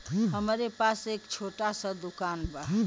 हमरे पास एक छोट स दुकान बा